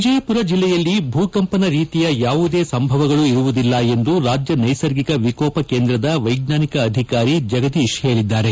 ವಿಜಯಪುರ ಜಿಲ್ಲೆಯಲ್ಲಿ ಭೂಕಂಪನ ರೀತಿಯ ಯಾವುದೇ ಸಂಭವಗಳು ಇರುವುದಿಲ್ಲ ಎಂದು ರಾಜ್ಯ ನೈಸರ್ಗಿಕ ವಿಕೋಪ ಕೇಂದ್ರದ ವೈಜ್ಞಾನಿಕ ಅಧಿಕಾರಿ ಜಗದೀಶ ಹೇಳಿದ್ದಾರೆ